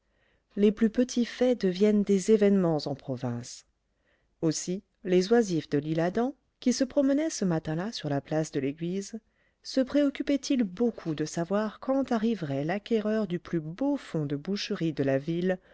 les plus petits faits deviennent des événements en province aussi les oisifs de lîle adam qui se promenaient ce matin-là sur la place de l'église se préoccupaient ils beaucoup de savoir quand arriverait l'acquéreur du plus beau fonds de boucherie de la ville